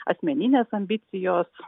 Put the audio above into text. asmeninės ambicijos